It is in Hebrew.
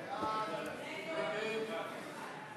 ההסתייגות של קבוצת סיעת